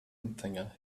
empfänger